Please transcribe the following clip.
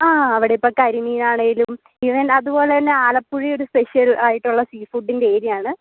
ആ അവിടിപ്പം കരിമീനാണേലും ഈവൻ അതുപോലെ തന്നെ ആലപ്പുഴയൊരു സ്പെഷ്യൽ ആയിട്ടുള്ള സീഫുഡിൻ്റെ ഏരിയയാണ്